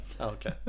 okay